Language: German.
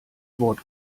wort